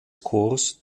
corps